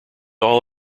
all